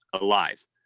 alive